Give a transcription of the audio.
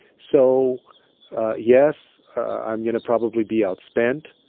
so yes, i'm going to probably be outspent,